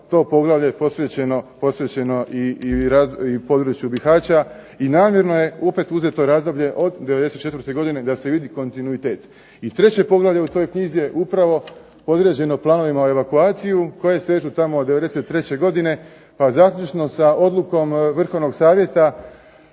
to poglavlje posvećeno i području Bihaća, i namjerno je opet uzeto razdoblje od '94. godine da se vidi kontinuitet. I treće poglavlje u toj knjizi je upravo podređeno planovima …/Govornik se ne razumije./… koji sežu tamo od '93. godine, pa zaključno sa odlukom vrhovnog savjeta